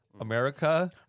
America